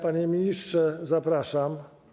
Panie ministrze, zapraszam.